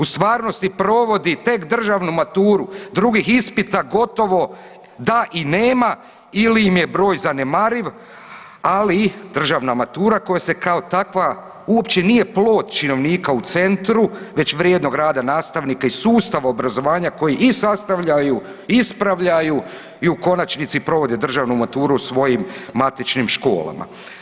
U stvarnosti provodi tek državnu maturu, drugih ispita gotovo da i nema ili im je broj zanemariv ali državna matura koja se kao takva uopće nije plod činovnika u centru već vrijednog rada nastavnika i sustav obrazovanja koji i sastavljaju, ispravljaju i u konačnici provode državnu maturu u svojim matičnim školama.